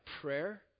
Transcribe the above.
prayer